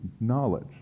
knowledge